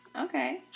Okay